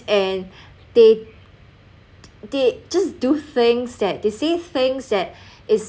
and they they just do things that they say things that is